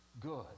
good